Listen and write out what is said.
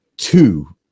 two